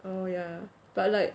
oh yeah but like